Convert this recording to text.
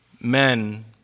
men